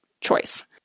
choice